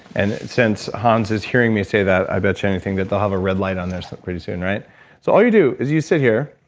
and since hans is hearing me say that, i bet you anything that they'll have a red light ion theirs pretty soon, right so, all you do is you sit here,